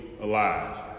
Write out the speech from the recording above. alive